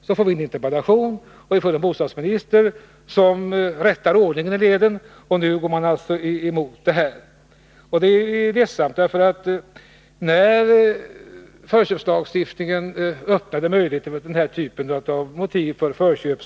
Så framställdes en interpellation, och bostadsministern rättade till ordningen i ledet. Nu går man alltså mot förslaget. Det är ledsamt. Förköpslagstiftningen öppnade möjlighet för denna typ av motiv för förköp.